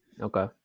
Okay